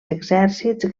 exèrcits